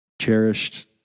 cherished